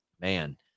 man